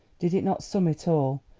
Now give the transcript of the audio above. did it not sum it all?